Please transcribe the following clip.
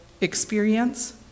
experience